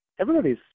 everybody's